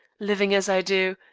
living as i do,